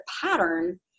pattern